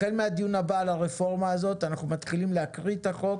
החל מהדיון הבא על הרפורמה הזאת אנחנו מתחילים להקריא את החוק,